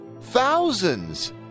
thousands